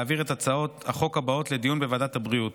להעביר את הצעות החוק הבאות לדיון בוועדת הבריאות: